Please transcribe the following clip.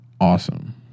awesome